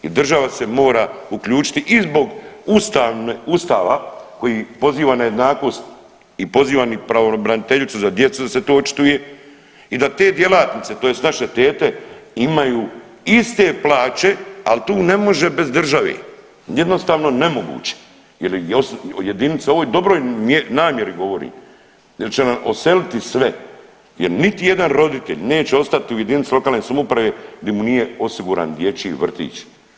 I država se mora uključiti i zbog Ustava koji ih poziva na jednakost i pozivam i pravobraniteljicu za djecu da se tu očituje i da te djelatnice tj. naše tete imaju iste plaće, al tu ne može bez države jednostavno nemoguće jel jedinica ovo u dobroj namjeri govorim, jel će nam odseliti sve jer niti jedan roditelj neće ostati u jedinici lokalne samouprave gdje mu nije osiguran dječji vrtić.